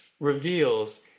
Reveals